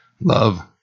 Love